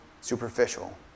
superficial